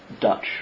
Dutch